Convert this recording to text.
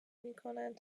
میکنند